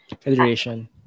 Federation